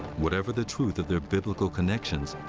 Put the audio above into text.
whatever the truth of their biblical connections,